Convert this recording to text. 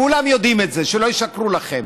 כולם יודעים את זה, שלא ישקרו לכם.